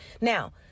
Now